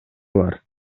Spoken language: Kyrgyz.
бар